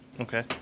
Okay